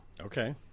Okay